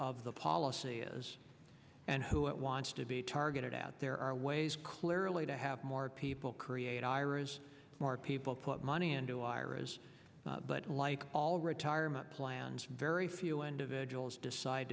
of the policy is and who it wants to be targeted out there are ways clearly to have more people create iras more people put money into iras but like all retirement plans very few individuals decide